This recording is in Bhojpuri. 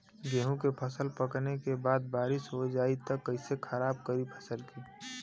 गेहूँ के फसल पकने के बाद बारिश हो जाई त कइसे खराब करी फसल के?